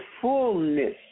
fullness